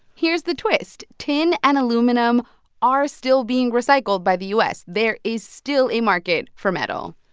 here's the twist. tin and aluminum are still being recycled by the u s. there is still a market for metal